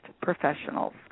professionals